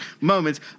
moments